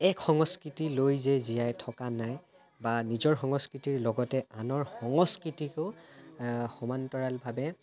এক সংস্কৃতি লৈ যে জীয়াই থকা নাই বা নিজৰ সংস্কৃতিৰ লগতে আনৰ সংস্কৃতিকো সমান্তৰালভাৱে